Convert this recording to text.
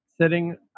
Sitting